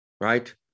right